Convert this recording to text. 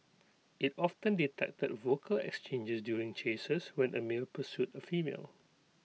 IT often detected vocal exchanges during chases when A male pursued A female